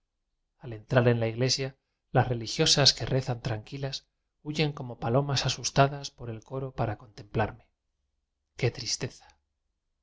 al entrar en la iglesia las religiosas que rezan tran quilas huyen como palomas asustadas por el coro para contemplarme qué tristeza